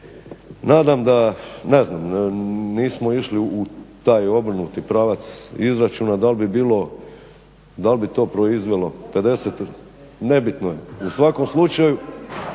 nadam da, ne znam, nismo išli u taj obrnuti pravac izračuna dal' bi bilo, dal' bi to proizvelo 50, nebitno je, u svakom slučaju.